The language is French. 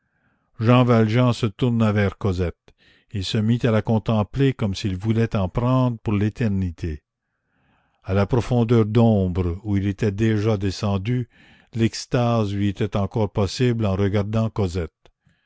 jean valjean se tourna vers cosette il se mit à la contempler comme s'il voulait en prendre pour l'éternité à la profondeur d'ombre où il était déjà descendu l'extase lui était encore possible en regardant cosette